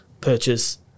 Purchase